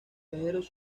viajeros